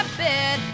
bed